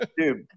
dude